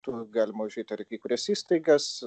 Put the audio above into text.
tuo galima užeiti ar į kai kurias įstaigas